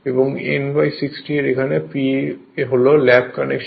এবং n 60 এর এখানে P হল ল্যাপ কানেকশন